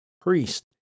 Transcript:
priest